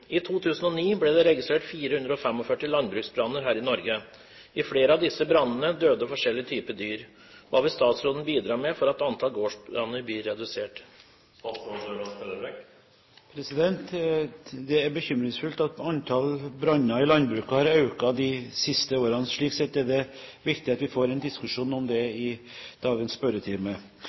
I 2009 ble det registrert 445 landbruksbranner her i Norge. I flere av disse brannene døde forskjellige typer dyr. Hva vil statsråden bidra med for at antall gårdsbranner blir redusert?» Det er bekymringsfullt at antall branner i landbruket har økt de siste årene. Slik sett er det viktig at vi får en diskusjon om det i dagens spørretime.